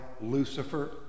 Lucifer